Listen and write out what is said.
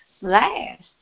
last